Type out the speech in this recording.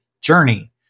journey